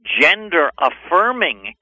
gender-affirming